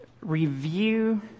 review